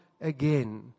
again